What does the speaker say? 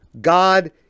God